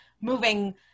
moving